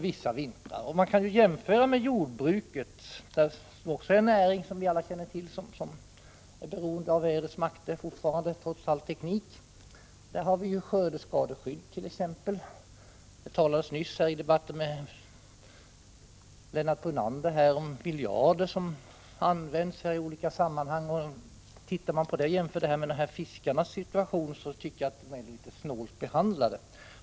Man kan jämföra med jordbruket, som också är en näring som fortfarande är beroende av vädrets makter, trots all teknik. Där har man t.ex. skördeskadeskydd. Det talades nyss i debatten med Lennart Brunander om miljarder som används i olika sammanhang. Om man då jämför med fiskarenas situation tycker jag att de är litet snålt behandlade.